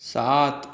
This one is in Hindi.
सात